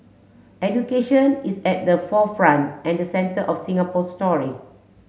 education is at the forefront and centre of Singapore story